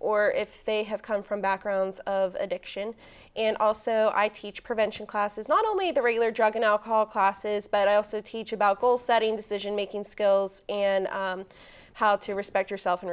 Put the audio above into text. or if they have come from backgrounds of addiction and also i teach prevention classes not only the regular drug and alcohol classes but i also teach about goal setting decision making skills in how to respect yourself and